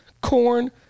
corn